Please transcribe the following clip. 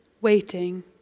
waiting